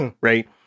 Right